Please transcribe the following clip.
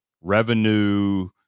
revenue